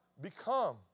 become